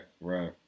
right